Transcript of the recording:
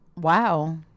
Wow